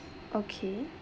okay